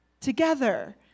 Together